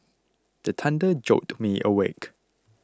the thunder jolt me awake